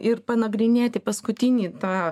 ir panagrinėti paskutinį tą